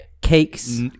Cakes